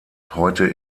heute